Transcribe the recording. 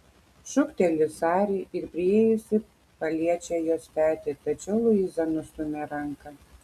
šūkteli sari ir priėjusi paliečia jos petį tačiau luiza nustumia ranką